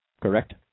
Correct